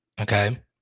okay